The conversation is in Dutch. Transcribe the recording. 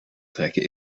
trekken